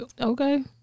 Okay